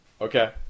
Okay